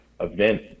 event